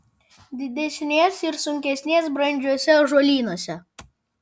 didesnės ir sunkesnės brandžiuose ąžuolynuose